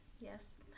yes